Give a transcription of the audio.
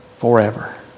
Forever